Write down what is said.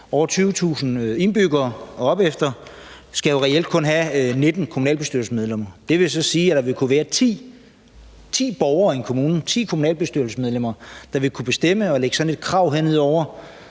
over 20.000 indbyggere skal reelt kun have 19 kommunalbestyrelsesmedlemmer. Det vil så sige, at der vil kunne være 10 borgere i en kommune, 10 kommunalbestyrelsesmedlemmer, der vil kunne bestemme og lægge sådan et krav her ned over